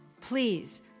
Please